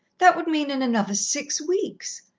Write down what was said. that would mean in another six weeks.